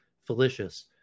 fallacious